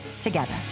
together